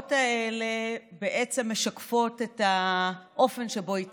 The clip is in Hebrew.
השעות האלה בעצם משקפות את האופן שבו היא התנהלה.